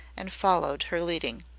and followed her leading.